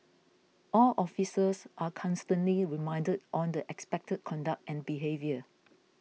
all officers are constantly reminded on the expected conduct and behaviour